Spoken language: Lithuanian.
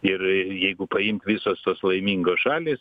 ir jeigu paimk visos tos laimingos šalys